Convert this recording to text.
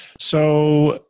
so